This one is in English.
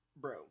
Bro